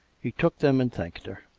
he took them and thanked her.